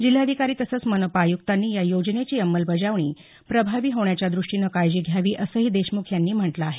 जिल्हाधिकारी तसंच मनपा आयुक्तांनी या योजनेची अंमलबजावणी प्रभावी होण्याच्या द्रष्टीने काळजी घ्यावी असंही देशमुख यांनी म्हटलं आहे